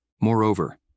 Moreover